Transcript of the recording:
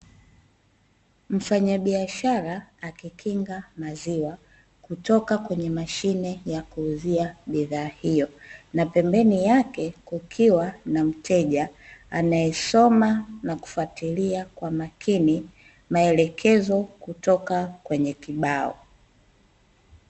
Mfanyabiashara akikinga maziwa kutoka kwenye mashine ya kuuzia bidhaa hiyo, na pembeni yake kukiwa na mteja anayesoma na kufuatilia kwa makini, maelekezo kutoka kwenye kibao.